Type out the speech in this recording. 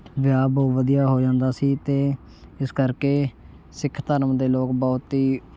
ਵਿਆਹ ਬਹੁਤ ਵਧੀਆ ਹੋ ਜਾਂਦਾ ਸੀ ਅਤੇ ਇਸ ਕਰਕੇ ਸਿੱਖ ਧਰਮ ਦੇ ਲੋਕ ਬਹੁਤ ਹੀ